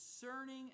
discerning